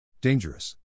Dangerous